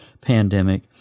pandemic